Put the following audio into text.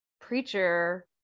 preacher